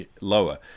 lower